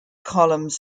columns